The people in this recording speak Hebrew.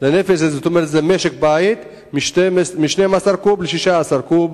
זאת אומרת, אם זה משק בית, מ-12 קוב ל-16 קוב.